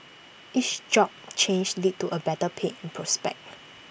each job change lead to A better pay and prospects